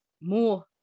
more